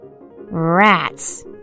Rats